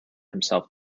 himself